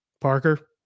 parker